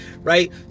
right